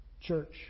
Church